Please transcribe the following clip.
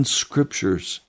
scriptures